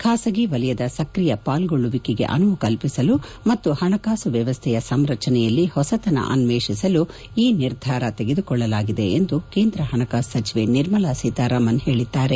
ಖಾಸಗಿ ವಲಯದ ಸ್ಕ್ರಿಯ ಪಾಲ್ಗೊಳ್ದುವಿಕೆಗೆ ಅನುವು ಕಲ್ಪಿಸಲು ಮತ್ತು ಹಣಕಾಸು ವ್ಯವಸ್ಥೆಯ ಸಂರಚನೆಯಲ್ಲಿ ಹೊಸತನ ಅನ್ವೇಷಸಲು ಈ ನಿರ್ಧಾರ ತೆಗೆದುಕೊಳ್ಳಲಾಗಿದೆ ಎಂದು ಕೇಂದ್ರ ಹಣಕಾಸು ಸಚಿವೆ ನಿರ್ಮಲಾ ಸೀತಾರಾಮನ್ ತಿಳಿಸಿದ್ದಾರೆ